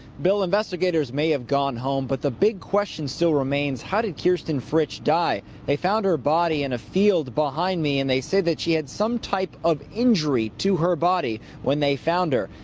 bill, investigators may have gone home, but the big question still remains, how did kirsten fritch die. they found her body in a field behind me and they say that she had some type of injury to her body when they found her.